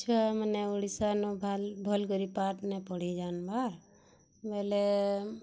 ଛୁଆମାନେ ଓଡ଼ିଶାନୁ ଭଲ୍କରି ପାଠ୍ ନେଇ ପଢ଼ିନାଇ ଯାନ୍ବାର୍ ବେଲେ